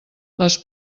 les